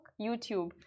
YouTube